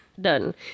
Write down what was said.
done